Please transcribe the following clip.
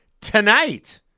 tonight